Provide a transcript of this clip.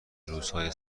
روزهای